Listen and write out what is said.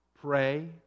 Pray